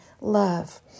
love